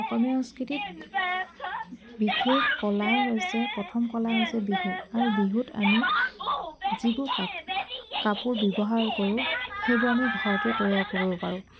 অসমীয়া সংস্কৃতিত বিশেষ কলাই হৈছে প্ৰথম কলা হৈছে বিহু আৰু বিহুত আমি যিবোৰ কাপোৰ ব্যৱহাৰ কৰোঁ সেইবোৰ আমি ঘৰতে তৈয়াৰ কৰিব পাৰোঁ